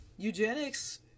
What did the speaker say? Eugenics